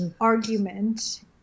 argument